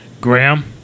Graham